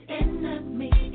enemy